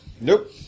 Nope